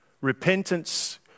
Repentance